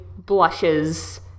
blushes